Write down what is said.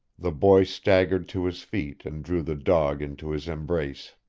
the boy staggered to his feet and drew the dog into his embrace.